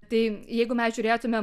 tai jeigu mes žiūrėtumėm